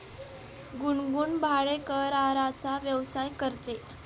गुनगुन भाडेकराराचा व्यवसाय करते